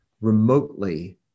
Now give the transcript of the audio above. remotely